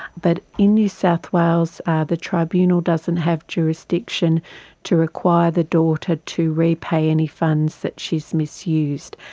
but in new south wales the tribunal doesn't have jurisdiction to require the daughter to repay any funds that she has misused,